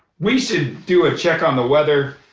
we should do a check on the weather.